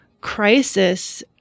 crisis